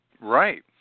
Right